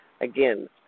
Again